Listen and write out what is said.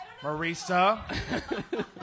Marisa